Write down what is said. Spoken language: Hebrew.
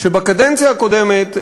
שבקדנציה הקודמת,